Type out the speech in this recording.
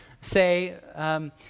say